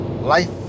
life